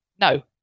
No